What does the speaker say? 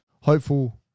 hopeful